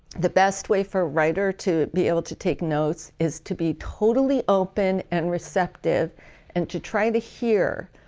the best way for writer to be able to take notes is to be totally open and receptive and to try to hear,